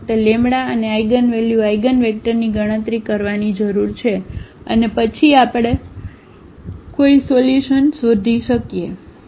આપણે ફક્ત λ અને આઇગનવેલ્યુ આઇગનવેક્ટરની ગણતરી કરવાની જરૂર છે અને પછી આપણે આપણે કોઈ સોલ્યુશન શોધી શકીએ